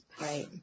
Right